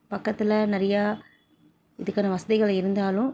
பக்கத்தில் நிறையா இதுக்கான வசதிகள் இருந்தாலும்